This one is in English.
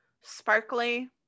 sparkly